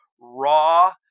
raw